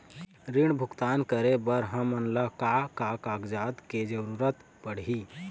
ऋण भुगतान करे बर हमन ला का का कागजात के जरूरत पड़ही?